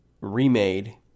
remade